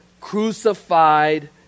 crucified